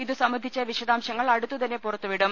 ഇതുസംബന്ധിച്ച വിശദാംശങ്ങൾ അടുത്തുതന്നെ പുറത്തുവിടും